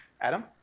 Adam